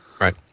right